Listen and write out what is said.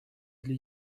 для